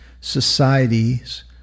societies